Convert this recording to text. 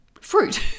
fruit